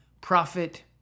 prophet